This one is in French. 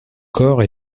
corps